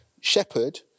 shepherd